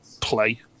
play